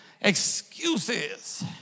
excuses